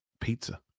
pizza